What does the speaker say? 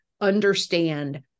understand